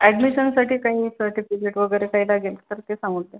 अॅडमिशनसाठी काही प्रोजेक्ट बीजेक्ट वगैरे काही लागेल तर ते सांगून द्या